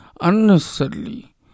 unnecessarily